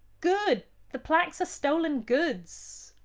good! the plaques are stolen goods.